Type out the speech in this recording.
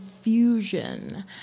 fusion